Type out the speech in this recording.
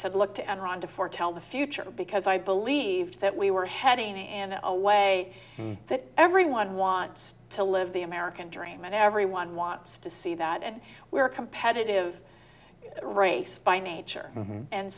said look to enron to foretell the future because i believed that we were heading and a way that everyone wants to live the american dream and everyone wants to see that and we're a competitive race by nature